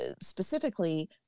specifically